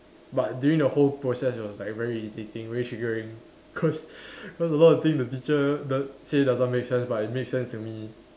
but during the whole process it was like very irritating very triggering cause cause a lot of thing the teacher the say doesn't make sense but it makes sense to me